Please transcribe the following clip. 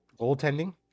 goaltending